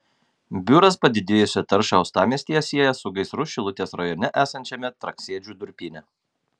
biuras padidėjusią taršą uostamiestyje sieja su gaisru šilutės rajone esančiame traksėdžių durpyne